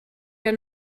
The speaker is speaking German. der